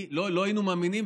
לא היינו מאמינים,